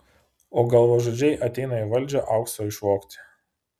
o galvažudžiai ateina į valdžią aukso išvogti